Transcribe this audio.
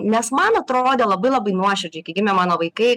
nes man atrodė labai labai nuoširdžiai kai gimė mano vaikai